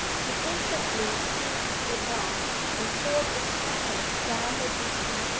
she instantly seized the glass, and poured its contents down her bosom.